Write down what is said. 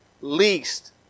least